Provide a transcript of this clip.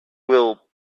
will